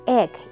egg